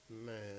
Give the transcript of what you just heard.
Man